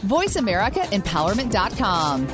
VoiceAmericaEmpowerment.com